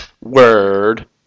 Word